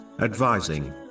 advising